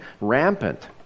rampant